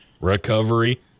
recovery